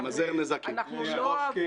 "למזער נזקים", אבידר.